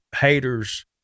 haters